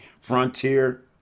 Frontier